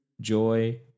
joy